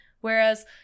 Whereas